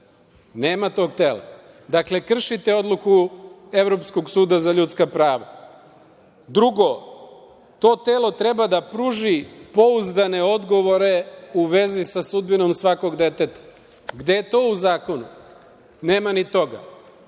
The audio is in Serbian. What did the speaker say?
Nema tog tela. Dakle, kršite odluku Evropskog suda za ljudska prava. Drugo, to telo treba da pruži pouzdane odgovore u vezi sa sudbinom svakog deteta. Gde je to u zakonu? Nema ni